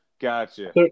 Gotcha